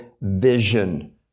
vision